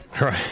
Right